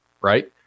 right